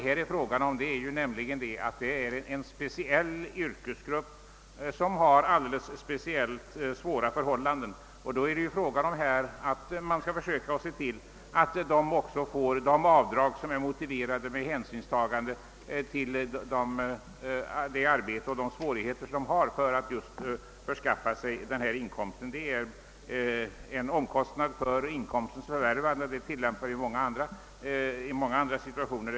Här är det ju fråga om en speciell yrkesgrupp som har alldeles speciellt svåra förhållanden, och då skall man också försöka se till att vederbörande får de avdrag som är motiverade med hänsyn till det arbete och de svårigheter de har för att just skaffa sig sin inkomst. Det är en omkostnad för inkomstens förvärvande, Vi tillämpar ju avdrag i många andra situationer.